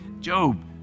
Job